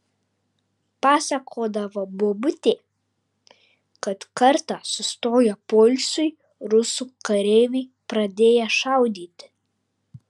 pasakodavo bobutė kad kartą sustoję poilsiui rusų kareiviai pradėję šaudyti